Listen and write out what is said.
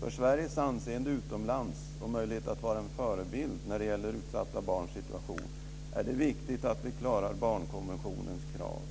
För Sveriges anseende utomlands och för vårt lands möjligheter att vara en förebild i arbetet för barn i en utsatt situation är det viktigt att vi klarar barnkonventionens krav.